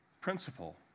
Principle